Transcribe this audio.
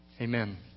Amen